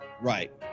right